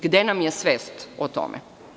Gde nam je svest o tome?